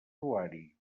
usuari